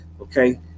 okay